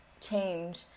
change